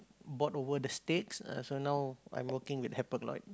bought over the stakes so now I'm working with Hapag-Lloyd